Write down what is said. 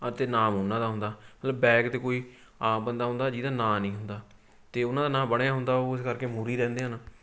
ਅਤੇ ਨਾਮ ਉਹਨਾਂ ਦਾ ਹੁੰਦਾ ਮਤਲਵ ਬੈਕ 'ਤੇ ਕੋਈ ਆਮ ਬੰਦਾ ਹੁੰਦਾ ਜਿਹਦਾ ਨਾਂ ਨਹੀਂ ਹੁੰਦਾ ਅਤੇ ਉਹਨਾਂ ਦਾ ਨਾਂ ਬਣਿਆ ਹੁੰਦਾ ਇਸ ਕਰਕੇ ਮੂਰੀ ਰਹਿੰਦੇ ਹਨ